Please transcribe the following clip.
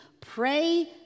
Pray